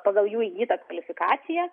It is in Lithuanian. pagal jų įgytą kvalifikaciją